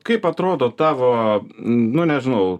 kaip atrodo tavo nu nežinau